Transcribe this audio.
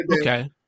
okay